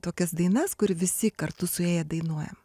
tokias dainas kur visi kartu suėję dainuojam